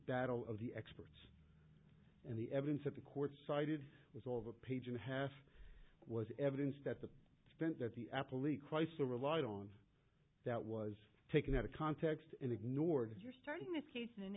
battle of the experts and the evidence of the court cited was all of a page and a half was evidence that the event that the apple e chrysler relied on that was taken out of context and ignored your starting this case an